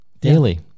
Daily